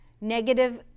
Negative